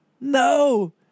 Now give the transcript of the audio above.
No